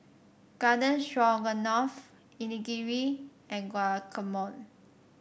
Garden Stroganoff Onigiri and Guacamole